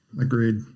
Agreed